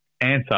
answer